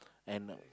and